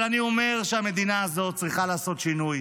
אבל אני אומר שהמדינה הזאת צריכה לעשות שינוי,